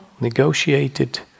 negotiated